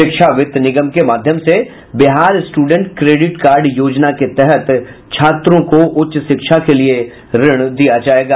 शिक्षा वित्त निगम के माध्यम से बिहार स्ट्रेडेंट क्रोडिट कार्ड योजना के तहत छात्रों को उच्च शिक्षा के लिये ऋण दिया जायेगा